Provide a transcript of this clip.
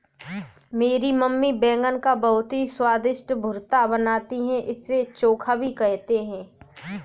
मेरी मम्मी बैगन का बहुत ही स्वादिष्ट भुर्ता बनाती है इसे चोखा भी कहते हैं